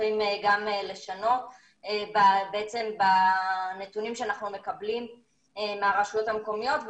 צריכים גם לשנות בנתונים שאנחנו מקבלים מהרשויות המקומיות.